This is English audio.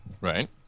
Right